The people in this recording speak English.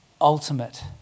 ultimate